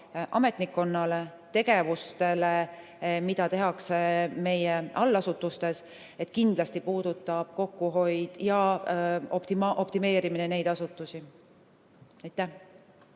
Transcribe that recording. ametnikkonna tegevustesse, mida tehakse meie allasutustes. Kindlasti puudutab kokkuhoid ja optimeerimine neid asutusi. Aitäh